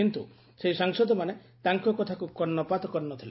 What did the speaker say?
କିନ୍ତୁ ସେହି ସାଂସଦମାନେ ତାଙ୍କ କଥାକୁ କର୍ଣ୍ଣପାତ କରିନଥିଲେ